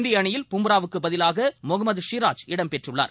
இந்தியஅணியில் பும்ரா வுக்குப் பதிலாகமுகமது ஷிராஜ் இடம்பெற்றுள்ளார்